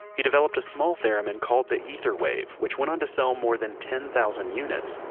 he developed a small theremin called the ether wave which went on to sell more than ten thousand units.